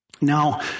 Now